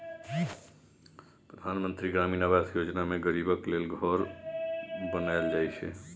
परधान मन्त्री ग्रामीण आबास योजना मे गरीबक लेल घर बनाएल जाइ छै